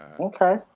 okay